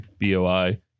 BOI